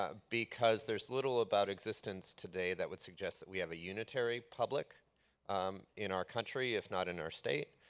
ah because there's little about existence today that would suggest we have a unitary public in our country if not in our state.